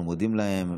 אנחנו מודים להם,